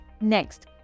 Next